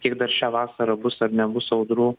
kiek dar šią vasarą bus ar nebus audrų